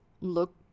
look